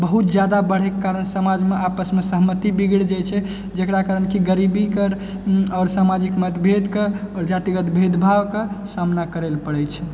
बहुत जादा बढ़ैके कारण समाजमे आपसमे सहमति बिगड़ि जाइ छै जकरा कारण कि गरीबीके आओर सामाजिक मतभेदके आओर जातिगत भेदभावके सामना करै लए पड़ै छै